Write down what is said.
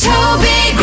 Toby